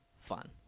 fun